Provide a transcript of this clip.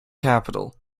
capital